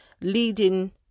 leading